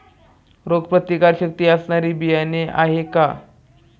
रोगप्रतिकारशक्ती असणारी बियाणे आहे का?